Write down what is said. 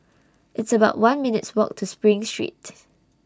It's about one minutes' Walk to SPRING Street